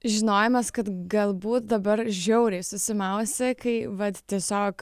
žinojimas kad galbūt dabar žiauriai susimausi kai vat tiesiog